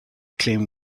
claim